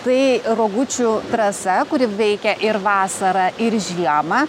tai rogučių trasa kuri veikia ir vasarą ir žiemą